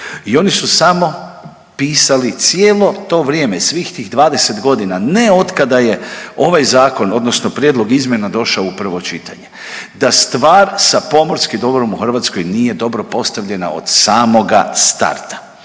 I oni su samo pitali cijelo to vrijeme, svih tih 20 godina, ne otkada je ovaj Zakon, odnosno prijedlog izmjena došao u prvo čitanje, da stvar sa pomorskim dobrom u Hrvatskoj nije dobro postavljena od samoga starta